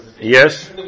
Yes